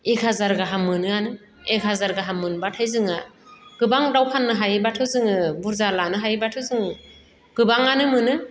एक हाजार गाहाम मोनोआनो एक हाजार गाहाम मोनब्लाथाय जोङो गोबां दाउ फाननो हायोब्लाथ' जोङो बुरजा लानो हायोब्लाथ' जों गोबाङानो मोनो